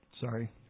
sorry